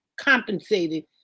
compensated